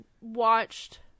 watched